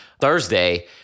Thursday